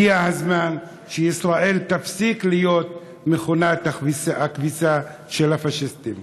הגיע הזמן שישראל תפסיק להיות מכונת הכביסה של הפאשיסטים.